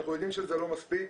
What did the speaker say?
אנחנו יודעים שזה לא מספיק,